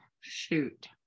Shoot